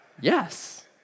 Yes